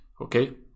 Okay